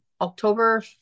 October